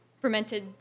fermented